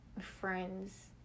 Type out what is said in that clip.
friends